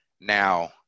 Now